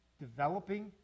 developing